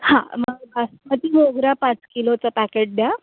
हां मग बासमती मोगरा पाच किलोचा पॅकेट द्या